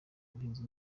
ubuhinzi